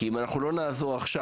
כי אם אנחנו לא נעזור עכשיו,